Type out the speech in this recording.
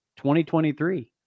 2023